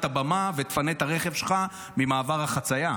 הבמה ותפנה את הרכב שלך ממעבר החצייה.